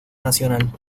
nacional